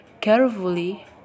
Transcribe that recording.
carefully